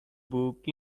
book